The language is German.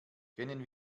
kennen